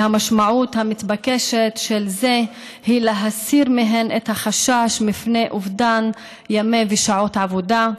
והמשמעות המתבקשת היא להסיר מהן את החשש מפני אובדן ימים ושעות עבודה,